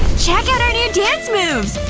check out our new dance moves!